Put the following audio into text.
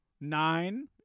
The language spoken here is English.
Nine